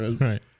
Right